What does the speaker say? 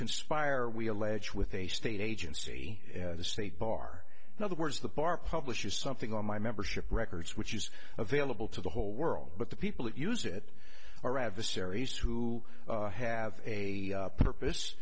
conspire we allege with a state agency the state bar in other words the bar publishes something on my membership records which is available to the whole world but the people that use it our adversaries who have a purpose